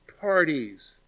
parties